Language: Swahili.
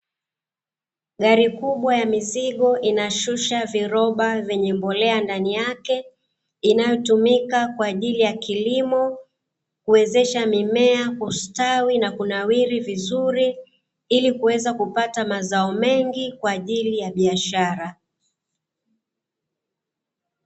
Gari kubwa ya mizigo, inashusha viroba vyenye mbolea ndani yake, inayotumika kwa ajili ya kilimo, kuwezesha mimea kustawi na kunawiri vizuri ili kuweza kupata mazao mengi kwa ajili ya biashara.